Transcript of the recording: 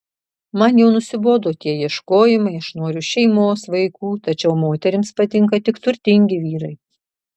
man jau nusibodo tie ieškojimai aš noriu šeimos vaikų tačiau moterims patinka tik turtingi vyrai